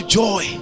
joy